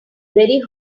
very